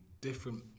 Different